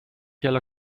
yellow